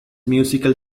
musical